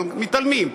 אבל מתעלמים.